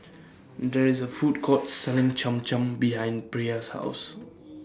There IS A Food Court Selling Cham Cham behind Brea's House